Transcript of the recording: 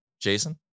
Jason